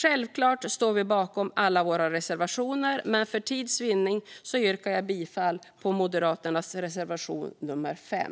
Jag står givetvis bakom alla våra reservationer, men för tids vinnande yrkar jag bifall till Moderaternas reservation, nummer 5.